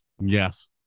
yes